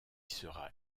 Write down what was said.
sera